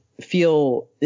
feel –